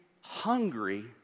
hungry